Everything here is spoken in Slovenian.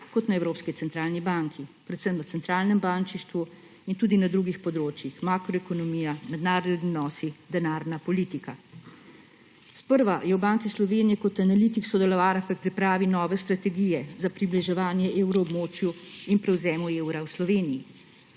kot na Evropski centralni banki, predvsem v centralnem bančništvu in tudi na drugih področjih, makroekonomija, mednarodni odnosi, denarna politika. Sprva je v Banki Slovenije kot analitik sodelovala pri pripravi nove strategije za približevanje evroobmočju in prevzemu evra v Sloveniji.